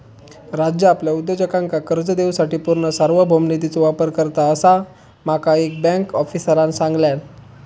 राज्य आपल्या उद्योजकांका कर्ज देवूसाठी पूर्ण सार्वभौम निधीचो वापर करता, असा माका एका बँक आफीसरांन सांगल्यान